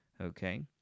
okay